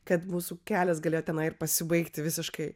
kad mūsų kelias galėjo tenai ir pasibaigti visiškai